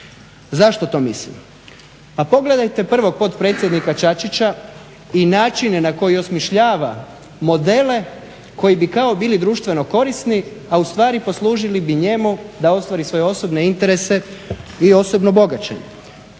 Zašto to mislim? A pogledajte prvo potpredsjednika Čačića i načine na koje osmišljava modele koji bi kao bili društveno korisni, a ustvari poslužili bi njemu da ostvari svoje osobne interese i osobno bogaćenje.